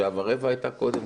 שעה ורבע הייתה קודם,